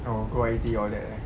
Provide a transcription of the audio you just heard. oh go I_T_E all that eh